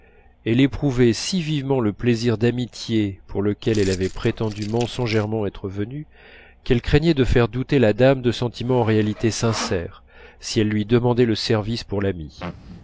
elle éprouvait si vivement le plaisir d'amitié pour lequel elle avait prétendu mensongèrement être venue qu'elle craignait de faire douter la dame de sentiments en réalité sincères si elle lui demandait le service pour l'amie